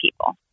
people